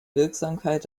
wirksamkeit